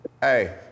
Hey